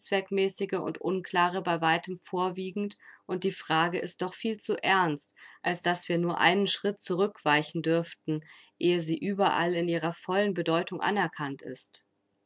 unzweckmäßige und unklare bei weitem vorwiegend und die frage ist doch viel zu ernst als daß wir nur einen schritt zurückweichen dürften ehe sie überall in ihrer vollen bedeutung anerkannt ist